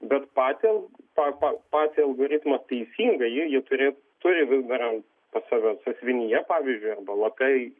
bet patį tą pa patį algoritmą teisingą jie jį turės turi vis dar ant pas save sąsiuvinyje pavyzdžiui arba lape